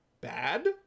bad